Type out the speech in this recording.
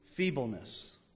feebleness